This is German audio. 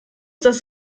das